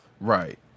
Right